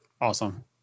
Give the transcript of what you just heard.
Awesome